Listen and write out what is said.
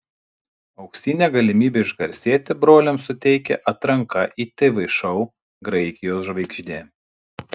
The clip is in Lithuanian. auksinę galimybę išgarsėti broliams suteikia atranka į tv šou graikijos žvaigždė